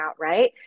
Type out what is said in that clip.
right